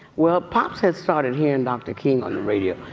well, pops had started hearing dr. king on the radio.